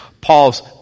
Paul's